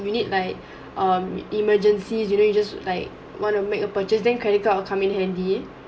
you need like um emergencies you know you just like wanna make a purchase then credit card will come in handy